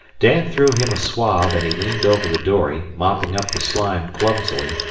dan threw him a swab, and he leaned over the dory, mopping up the slime clumsily,